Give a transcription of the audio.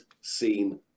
seen